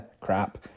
crap